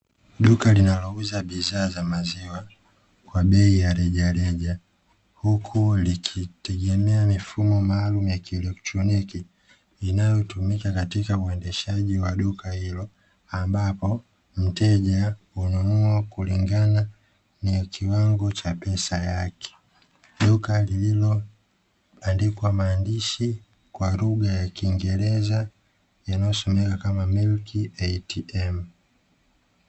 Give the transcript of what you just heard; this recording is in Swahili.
Duka linalouza bidhaa za maziwa kwa bei ya rejereja huku likitegemea mifumo maalumu ya kielektroniki inayotumika katika uendeshaji wa duka hilo, ambapo mteja hununua kulingana na kiwango cha pesa yake. Duka lililoandikwa maandishi kwa lugha ya kingereza yanayosomeka kama ''Milk Atm''.